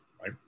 right